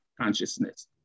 consciousness